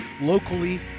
locally